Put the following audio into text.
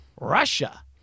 Russia